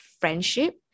friendship